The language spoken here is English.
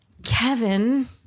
Kevin